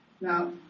Now